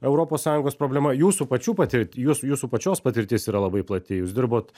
europos sąjungos problema jūsų pačių patirt jūs jūsų pačios patirtis yra labai plati jūs dirbot